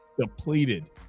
depleted